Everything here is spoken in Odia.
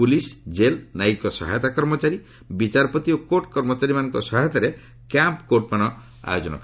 ପୁଲିସ୍ ଜେଲ୍ ନ୍ୟାୟିକ ସହାୟତା କର୍ମଚାରୀ ବିଚାରପତି ଓ କୋର୍ଟ କର୍ମଚାରୀମାନଙ୍କ ସହାୟତାରେ କ୍ୟାମ୍ପ୍କୋର୍ଟମାନ ଆୟୋଜନ କରାଯାଇଛି